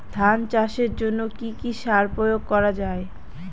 ধান চাষের জন্য কি কি সার প্রয়োগ করা য়ায়?